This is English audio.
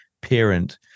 parent